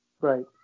Right